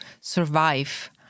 survive